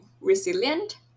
resilient